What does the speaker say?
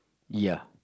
ya